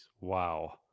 Wow